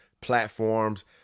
platforms